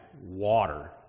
water